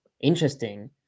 Interesting